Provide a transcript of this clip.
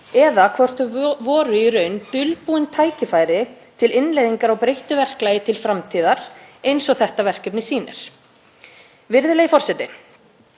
eða hvort þau voru í raun dulbúin tækifæri til innleiðingar á breyttu verklagi til framtíðar eins og þetta verkefni sýnir. Virðulegi forseti.